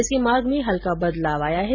इसके मार्ग में हल्का बदलाव आया है